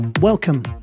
Welcome